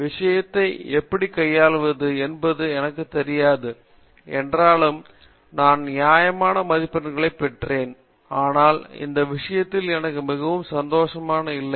விஷயத்தை எப்படி கையாள்வது என்பது எனக்குத் தெரியாது என்றாலும் நான் நியாயமான மதிப்பெண்கள் பெற்றேன் ஆனால் இந்த விஷயத்தில் எனக்கு மிகவும் சந்தோஷமாக இல்லை